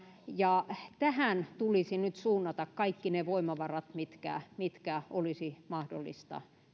ja tähän tulisi nyt suunnata kaikki ne voimavarat mitkä mitkä olisi mahdollista